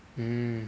mm